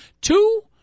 two